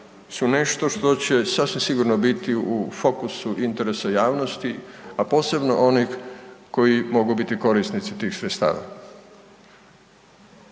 su nešto što će sasvim sigurno biti u fokusu interesa javnosti a posebno onih koji mogu biti korisnici tih sredstava,